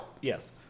Yes